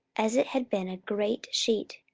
as it had been a great sheet,